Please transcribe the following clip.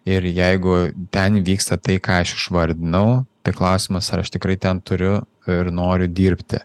ir jeigu ten vyksta tai ką aš išvardinau tai klausimas ar aš tikrai ten turiu ir noriu dirbti